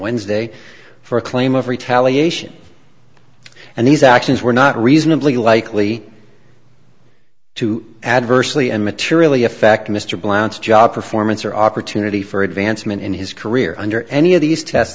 wednesday for a claim of retaliation and these actions were not reasonably likely to adversely and materially affect mr blount's job performance or opportunity for advancement in his career under any of these tests